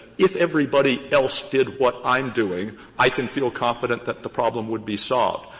if everybody else did what i'm doing i can feel confident that the problem would be solved.